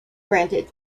granted